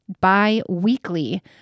bi-weekly